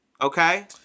Okay